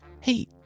Hey